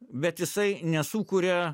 bet jisai nesukuria